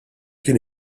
kien